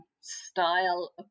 style